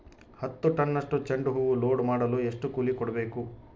ಹತ್ತು ಟನ್ನಷ್ಟು ಚೆಂಡುಹೂ ಲೋಡ್ ಮಾಡಲು ಎಷ್ಟು ಕೂಲಿ ಕೊಡಬೇಕು?